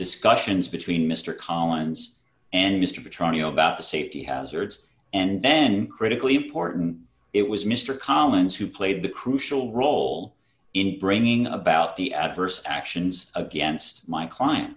discussions between mr collins and mr trani about the safety hazards and then critically important it was mr collins who played the crucial role in bringing about the adverse actions against my client